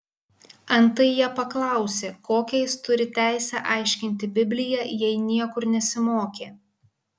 antai jie paklausė kokią jis turi teisę aiškinti bibliją jei niekur nesimokė